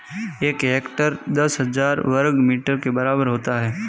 एक हेक्टेयर दस हज़ार वर्ग मीटर के बराबर होता है